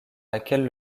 laquelle